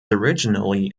originally